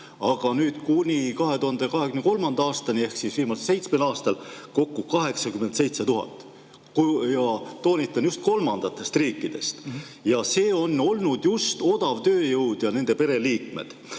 aga nüüd kuni 2023. aastani ehk viimasel seitsmel aastal kokku 87 000. Ja toonitan: just kolmandatest riikidest. See on olnud just odav tööjõud ja nende pereliikmed.